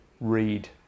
read